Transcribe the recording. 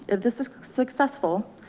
if this is successful,